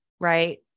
right